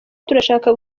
turashaka